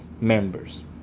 members